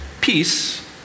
peace